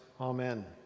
Amen